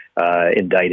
indicted